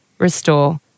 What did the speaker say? restore